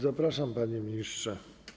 Zapraszam, panie ministrze.